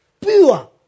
pure